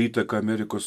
įtaką amerikos